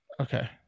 Okay